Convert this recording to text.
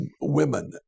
women